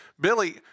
Billy